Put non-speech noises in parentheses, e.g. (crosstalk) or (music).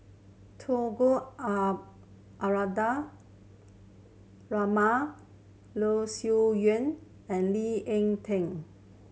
Tunku (unintelligible) Abdul Rahman Loh Sin Yun and Lee Ek Tieng